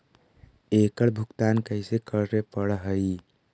एकड़ भुगतान कैसे करे पड़हई?